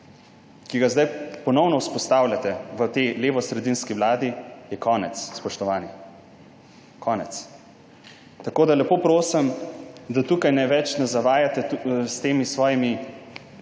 ki ga zdaj ponovno vzpostavljate v tej levosredinski vladi, je konec, spoštovani. Konec. Tako da lepo prosim, da tukaj več ne zavajate s temi svojimi